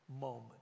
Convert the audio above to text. moment